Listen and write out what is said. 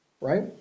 right